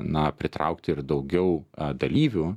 na pritraukt ir daugiau dalyvių